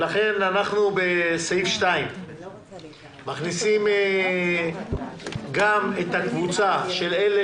לכן אנחנו בסעיף 2 מכניסים גם את הקבוצה של אלה